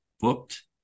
Booked